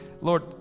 Lord